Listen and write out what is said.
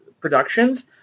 Productions